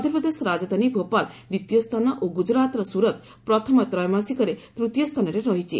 ମଧ୍ୟପ୍ରଦେଶ ରାଜଧାନୀ ଭୋପାଳ ଦ୍ୱିତୀୟ ସ୍ଥାନ ଓ ଗୁଜରାତର ସୁରତ ପ୍ରଥମ ତ୍ରୟୋମାସିକରେ ତୂତୀୟ ସ୍ଥାନରେ ରହିଛି